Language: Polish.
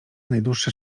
najdłuższe